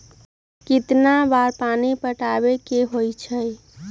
कितना बार पानी पटावे के होई छाई?